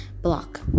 block